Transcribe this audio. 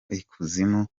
ikuzimu